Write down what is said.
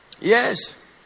Yes